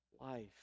life